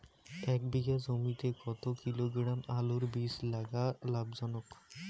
এক বিঘা জমিতে কতো কিলোগ্রাম আলুর বীজ লাগা লাভজনক?